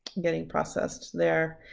getting processed there.